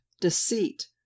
deceit